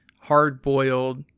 hard-boiled